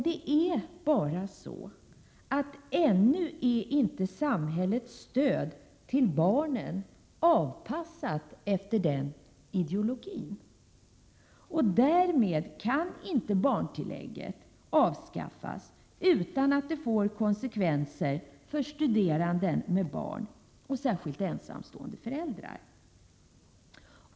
Det är bara det att samhällets stöd till barnen ännu inte är avpassat efter den ideologin, och därmed kan barntillägget inte avskaffas utan att det får konsekvenser för studerande med barn och särskilt för ensamstående föräldrar.